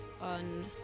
on